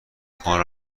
کار